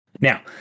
Now